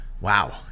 wow